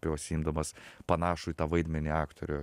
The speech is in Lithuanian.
pasiimdamas panašų į tą vaidmenį aktorių